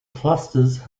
clusters